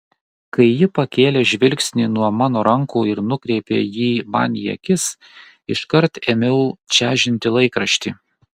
kai ji pakėlė žvilgsnį nuo mano rankų ir nukreipė jį man į akis iškart ėmiau čežinti laikraštį